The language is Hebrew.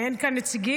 אין כאן נציגים,